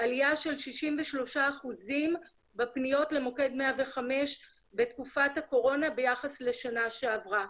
עליה של 63% בפניות למוקד 105 בתקופת הקורונה ביחס לשנה שעברה.